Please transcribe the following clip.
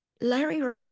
Larry